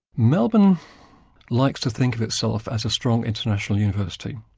melbourne likes to think of itself as a strong international university,